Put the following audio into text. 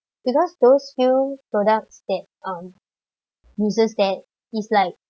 because those few products that um uses that it's like